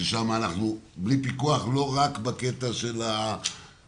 שם אנחנו בלי פיקוח לא רק בקטע של האלרגיים,